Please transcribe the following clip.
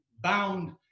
bound